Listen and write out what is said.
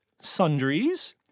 sundries